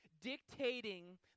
dictating